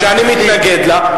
שאני מתנגד לה,